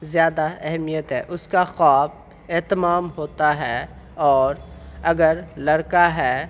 زیادہ اہمیت ہے اس کا خواب اہتمام ہوتا ہے اور اگر لڑکا ہے